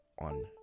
on